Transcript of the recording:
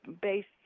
based